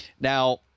now